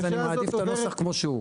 אז אני מעדיף את הנוסח כמו שהוא.